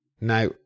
Now